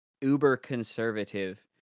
uber-conservative